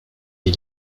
des